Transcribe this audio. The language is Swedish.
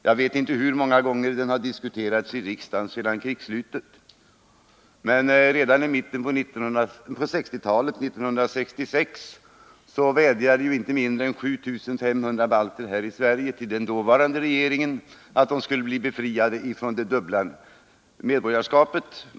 Jag vet inte hur många gånger den har diskuterats i riksdagen sedan krigsslutet, men redan i mitten på 1960-talet, närmare bestämt 1966, vädjade ju inte mindre än 7 500 balter här i Sverige till den dåvarande regeringen att de skulle bli befriade från det dubbla medborgarskapet.